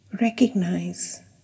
recognize